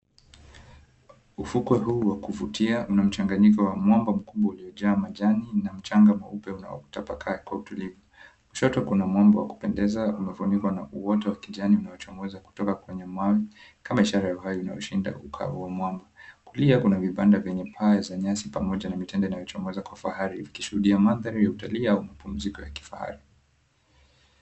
Ufukwe huu wa kuvutia mna mchanganyiko wa mwamba mkubwa uliojaa majani na mchanga mweupe unaotapakaa kwa utulivu. Kushoto kuna mwamba wa kupendeza. Umefunikwa na uoto wa kijani unaochomoza kutoka kwenye mwamba kama ishara ya uhai unaoshinda ukavu wa mwamba. Kulia kuna vibanda vyenye paa ya nyasi pamoja na mitende inayochomoza kwa ufahari ikishuhudia mandhari ya utalii au mapumziko ya kifahari.